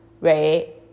right